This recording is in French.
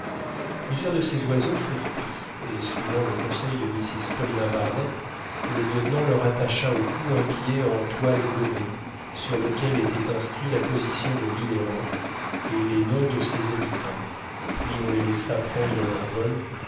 plusieurs de ces oiseaux furent pris et suivant le conseil de mrs paulina barnett le lieutenant leur attacha au cou un billet en toile gommée sur lequel étaient inscrits la position de l'île errante et les noms de ses habitants puis on les laissa prendre leur vol